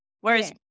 Whereas